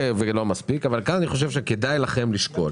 כאן אני חושב שכדאי לכם לשקול